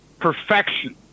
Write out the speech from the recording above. perfection